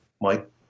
Mike